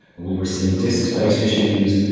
we were seeing disk space issues.